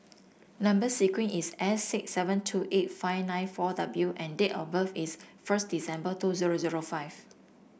number sequence is S six seven two eight five nine four W and date of birth is first December two zero zero five